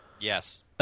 yes